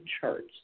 charts